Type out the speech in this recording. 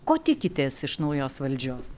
ko tikitės iš naujos valdžios